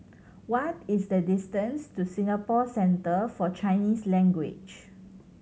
what is the distance to Singapore Centre For Chinese Language